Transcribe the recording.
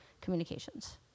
communications